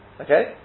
Okay